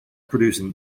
producing